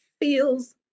feels